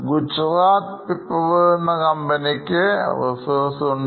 Gujarat Pipavav എന്ന കമ്പനിക്ക് അധികം Reserves ഉണ്ട്